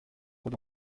dans